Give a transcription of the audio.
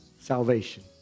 salvation